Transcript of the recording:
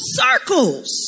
circles